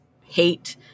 hate